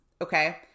okay